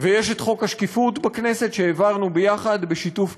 יש חוק השקיפות בכנסת, שהעברנו יחד, בשיתוף פעולה,